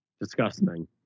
Disgusting